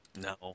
No